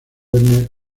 verne